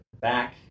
back